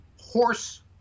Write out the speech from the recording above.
horse